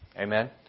Amen